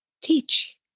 teach